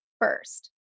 first